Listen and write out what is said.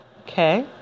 okay